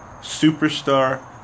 Superstar